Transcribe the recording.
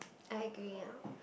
I agree